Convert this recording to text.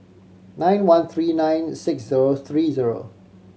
nine one three nine six zero three zero